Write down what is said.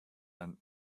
and